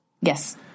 Yes